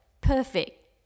perfect